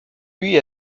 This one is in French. lui